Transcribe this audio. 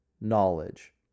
knowledge